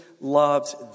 loves